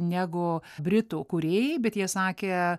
negu britų kūrėjai bet jie sakė